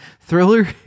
Thriller